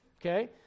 okay